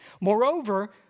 Moreover